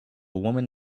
woman